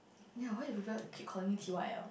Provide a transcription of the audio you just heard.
ya why do people keep calling me T_Y_L